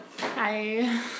Hi